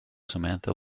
samantha